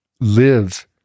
live